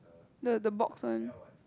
the the box one